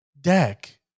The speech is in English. deck